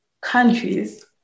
countries